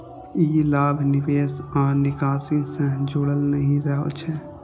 ई लाभ निवेश आ निकासी सं जुड़ल नहि रहै छै